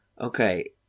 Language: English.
Okay